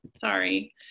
sorry